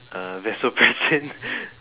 uh vasopressin